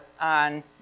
on